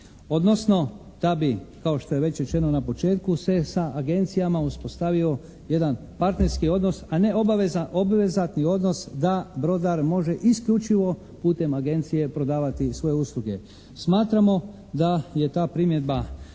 odnosno da bi kao što je već rečeno na početku se sa agencijama uspostavio jedan partnerski odnos, a ne obvezatni odnos da brodar može isključivo putem agencije prodavati svoje usluge. Smatramo da je ta primjedba